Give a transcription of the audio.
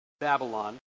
Babylon